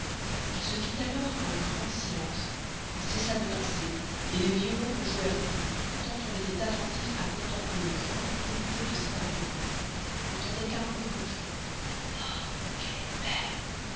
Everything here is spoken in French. il se fit alors un grand silence on cessa de danser les violons ne joüerent plus tant on estoit attentif à contempler les grandes beautez de cet inconnuë on n'entendoit qu'un bruit confus ha qu'elle est belle